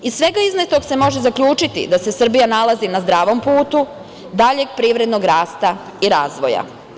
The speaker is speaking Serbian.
Iz svega iznetog se može zaključiti da se Srbija nalazi na zdravom putu daljeg privrednog rasta i razvoja.